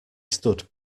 stood